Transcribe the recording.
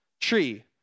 tree